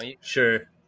Sure